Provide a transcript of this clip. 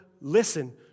listen